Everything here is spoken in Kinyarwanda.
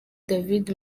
david